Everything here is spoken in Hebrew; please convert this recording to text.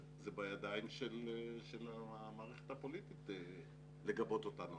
זה בידיים של המערכת הפוליטית לגבות אותנו.